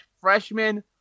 freshman